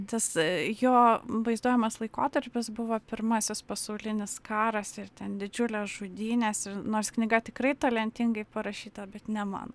tas jo vaizduojamas laikotarpis buvo pirmasis pasaulinis karas ir ten didžiulės žudynės ir nors knyga tikrai talentingai parašyta bet ne man